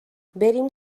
بریم